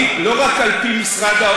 ברור שלמשל,